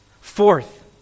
fourth